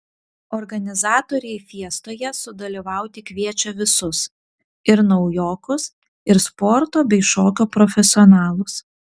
organizatoriai fiestoje sudalyvauti kviečia visus ir naujokus ir sporto bei šokio profesionalus